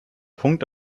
punkt